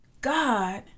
God